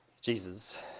Jesus